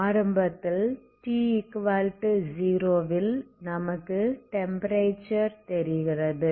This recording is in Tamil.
ஆரம்பத்தில் t0 ல் நமக்கு டெம்ப்பரேச்சர் தெரிகிறது